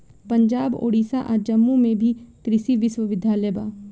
पंजाब, ओडिसा आ जम्मू में भी कृषि विश्वविद्यालय बा